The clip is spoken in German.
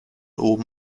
oben